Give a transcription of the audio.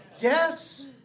Yes